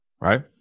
right